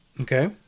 Okay